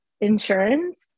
insurance